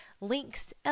Links